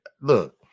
Look